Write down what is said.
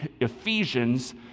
Ephesians